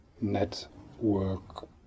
network